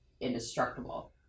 indestructible